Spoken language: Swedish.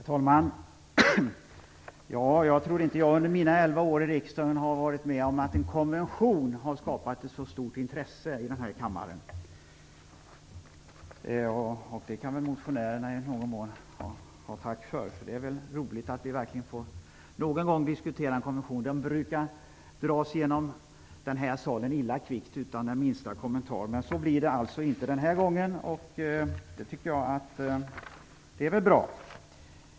Herr talman! Jag tror inte att jag under mina elva år i riksdagen har varit med om att en konvention har skapat så stort intresse i denna kammare. Det skall väl i någon mån motionärerna ha tack för. Det är roligt att vi någon gång får diskutera en konvention. De brukar dras igenom i denna sal illa kvickt utan minsta kommentar. Så blir det inte denna gång, och det är bra.